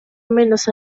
menos